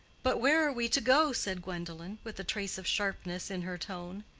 but where are we to go? said gwendolen, with a trace of sharpness in her tone.